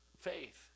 Faith